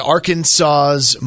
Arkansas's